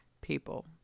people